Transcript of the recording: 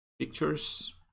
Pictures